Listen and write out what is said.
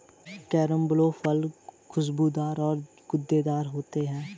carambola फल खुशबूदार और गूदेदार होते है